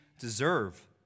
deserve